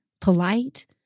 polite